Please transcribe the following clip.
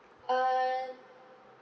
uh